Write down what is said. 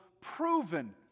proven